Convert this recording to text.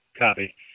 Copy